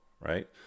Right